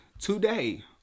today